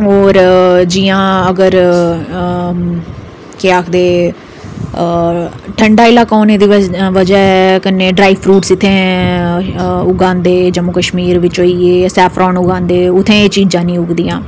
और जि'यां अगर हां केह् आखदे हां ठंडा इलाका होने दी बजह् कन्नै ड्राइ फ्रूट इत्थै उगांदे जम्मू कश्मीर बिच होई गे सैफरान उगांदे उत्थै एह् चीजां नेईं उगदियां